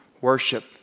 worship